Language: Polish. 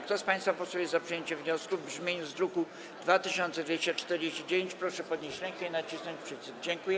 Kto z państwa posłów jest za przyjęciem wniosku w brzmieniu z druku nr 2249, proszę podnieść rękę i nacisnąć przycisk.